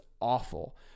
awful